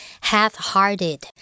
half-hearted